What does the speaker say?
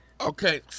Okay